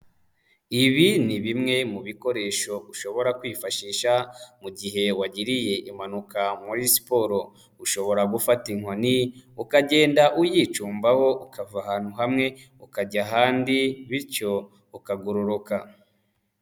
Ibi ni bimwe mu bikoresho ushobora kwifashisha mu gihe wagiriye impanuka muri siporo, ushobora gufata inkoni ukagenda uyicumbaho ukava ahantu hamwe ukajya ahandi bityo ukagororoka.